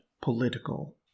political